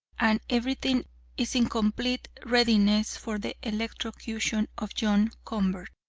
and everything is in complete readiness for the electrocution of john convert.